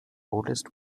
oldest